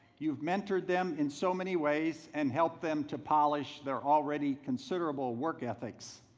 you've mentored them in so many ways and helped them to polish their already considerable work ethics.